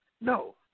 No